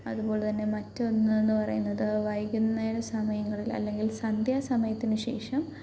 അതുപോലതന്നെ മറ്റൊന്ന് എന്ന് പറയുന്നത് വൈകുന്നേര സമയങ്ങളിൽ അല്ലെങ്കിൽ സന്ധ്യാസമയത്തിനുശേഷം